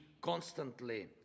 constantly